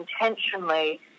intentionally